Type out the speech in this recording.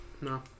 No